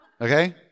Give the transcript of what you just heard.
Okay